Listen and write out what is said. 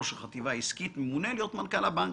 ראש החטיבה העסקית ממונה להיות מנכ"ל הבנק.